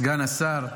סגן השר,